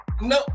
no